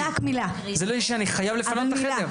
אני חייב לפנות את החדר.